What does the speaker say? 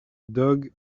dog